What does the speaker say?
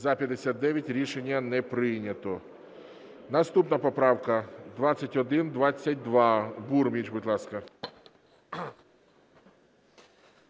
За-59 Рішення не прийнято. Наступна поправка 2122. Бурміч, будь ласка.